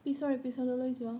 পিছৰ এপিছ'ডলৈ যোৱা